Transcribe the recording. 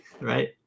right